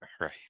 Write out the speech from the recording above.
right